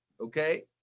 okay